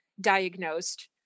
diagnosed